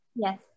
Yes